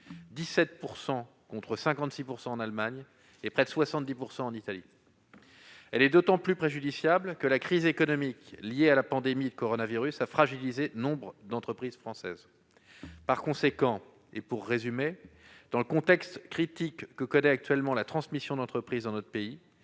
contre 56 % en Allemagne et près de 70 % en Italie. Ce décalage est d'autant plus préjudiciable que la crise économique liée à la pandémie de coronavirus a fragilisé nombre d'entreprises françaises. Par conséquent, dans le contexte critique que connaît actuellement la transmission d'entreprise dans notre pays,